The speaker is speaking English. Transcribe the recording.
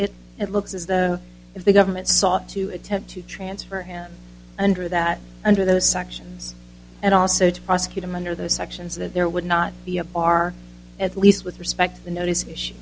it it looks as though if the government sought to attempt to transfer him under that under those sections and also to prosecute him under those sections that there would not be a bar at least with respect the notice